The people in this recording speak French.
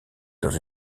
dans